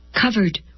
covered